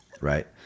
Right